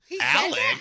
Alex